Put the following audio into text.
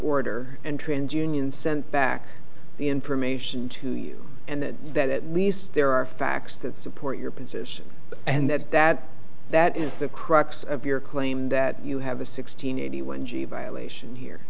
order and trans union sent back the information to you and that at least there are facts that support your position and that that that is the crux of your claim that you have a sixteen eighty one g violation here